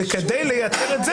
-- כדי לייצר את זה,